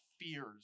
fears